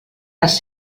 les